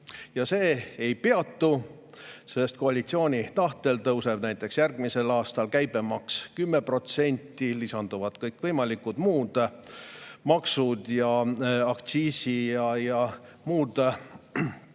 ja see ei peatu, sest koalitsiooni tahtel tõuseb näiteks järgmisel aastal käibemaks 10%, lisanduvad kõikvõimalikud muud maksud ja aktsiisid ja teised